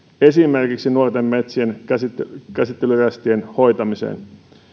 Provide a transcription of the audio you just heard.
esimerkiksi nuorten metsien käsittelyn käsittelyn rästien hoitamiseen